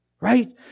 Right